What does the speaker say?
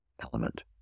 element